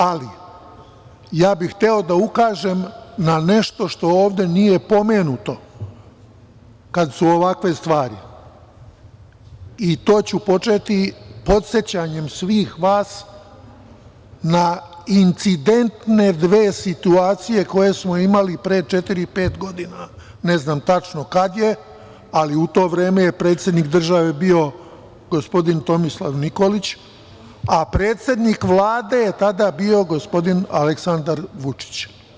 Ali, ja bih hteo da ukažem na nešto što ovde nije pomenuto kada su ovakve stvari, i to ću početi podsećanjem svih vas na incidentne dve situacije koje smo imali pre četiri, pet godina, ne znam tačno kad je, ali u to vreme je predsednik države bio gospodin Tomislav Nikolić, a predsednik Vlade je tada bio gospodin Aleksandar Vučić.